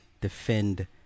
defend